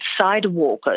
sidewalkers